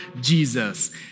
Jesus